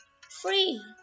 free